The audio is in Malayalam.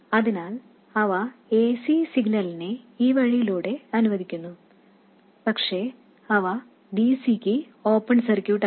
അതിനാൽ അവ ac സിഗ്നലിനെ ഈ വഴിയിലൂടെ അനുവദിക്കുന്നു പക്ഷേ അവ dc ക്ക് ഓപ്പൺ സർക്യൂട്ടാണ്